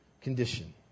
condition